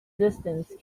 distance